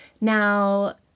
Now